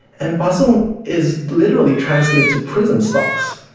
and pasung is literally translated to prison stocks.